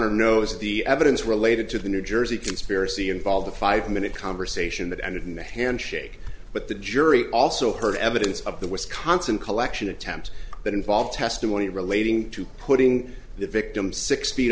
honor knows the evidence related to the new jersey conspiracy involved a five minute conversation that ended in the handshake but the jury also heard evidence of the wisconsin collection attempt that involved testimony relating to putting the victim six feet